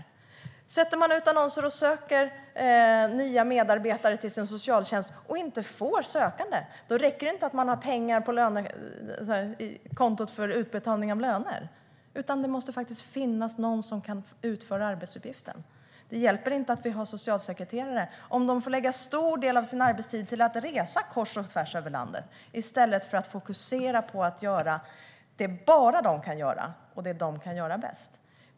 Om man sätter ut annonser och söker nya medarbetare till sin socialtjänst och inte får sökande räcker det inte att man har pengar på kontot för utbetalning av löner. Det måste faktiskt finnas någon som kan utföra arbetsuppgiften. Det hjälper inte att vi har socialsekreterare om de får lägga en stor del av sin arbetstid på att resa kors och tvärs över landet i stället för att fokusera på att göra det som bara de kan göra och det som de kan göra bäst.